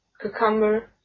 cucumber